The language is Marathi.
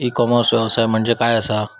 ई कॉमर्स व्यवसाय म्हणजे काय असा?